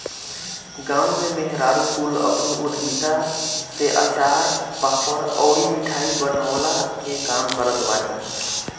गांव में मेहरारू कुल अपनी उद्यमिता से अचार, पापड़ अउरी मिठाई बनवला के काम करत बानी